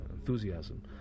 enthusiasm